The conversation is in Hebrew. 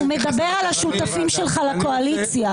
--- הוא מדבר על השותפים שלך לקואליציה.